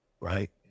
right